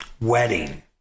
wedding